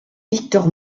victor